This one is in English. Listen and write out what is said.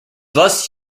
less